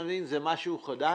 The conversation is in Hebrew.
משהו חדש?